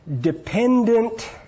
dependent